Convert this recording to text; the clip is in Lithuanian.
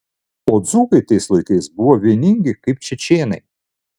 o dzūkai tais laikais buvo vieningi kaip čečėnai